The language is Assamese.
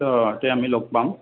অঁ তে আমি লগ পাম